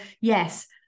yes